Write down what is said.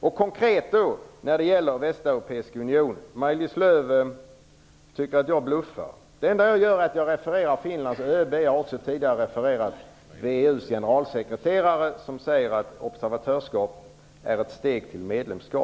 Så konkret om Västeuropeiska unionen! Maj-Lis Lööw tycker att jag bluffar. Det enda jag gjort är att jag refererat Finlands ÖB och tidigare VEU:s generalsekreterare, som sagt att observatörskap är ett steg mot medlemskap.